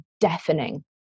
deafening